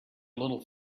little